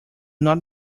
not